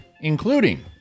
including